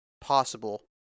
possible